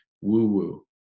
woo-woo